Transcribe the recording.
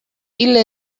ille